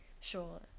sure